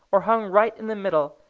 or hung right in the middle,